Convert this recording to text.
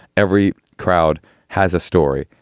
every crowd has a story.